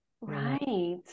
right